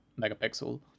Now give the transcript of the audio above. megapixel